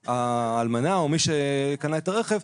האלמנה או מי שקנה את הרכב,